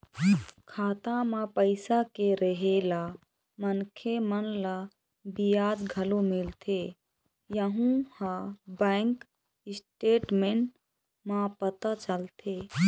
खाता म पइसा के रेहे ले मनखे मन ल बियाज घलोक मिलथे यहूँ ह बैंक स्टेटमेंट म पता चलथे